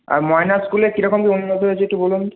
আর ময়না স্কুলে কী রকম কী উন্নত হয়েছে একটু বলুন